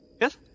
Yes